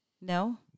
No